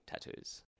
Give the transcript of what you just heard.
tattoos